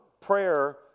prayer